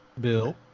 Bill